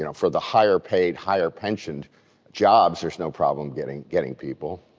you know for the higher paid, higher pensioned jobs, there's no problem getting getting people.